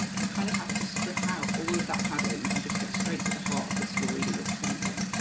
you kind of have to strip out all of that padding and just get straight to the heart of the story that you're presenting.